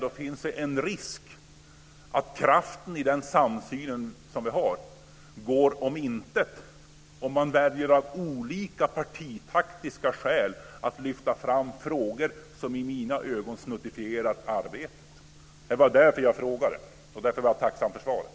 Då finns det en risk att kraften i den samsynen går om intet om vi väljer att av olika partitaktiska skäl lyfta fram frågor som i mina ögon snuttifierar arbetet. Därför frågade jag, och jag är tacksam för svaret.